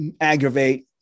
aggravate